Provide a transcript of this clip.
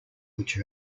which